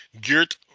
Geert